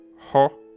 Ho